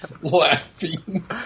laughing